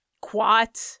quat